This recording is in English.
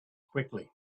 quickly